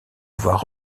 avoir